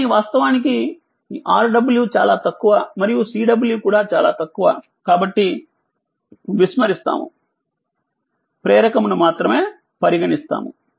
కానీ వాస్తవానికి Rw చాలా తక్కువ మరియు Cw కూడా చాలా తక్కువ కాబట్టి విస్మరిస్తాము ప్రేరకం ను మాత్రమే పరిగణిస్తాము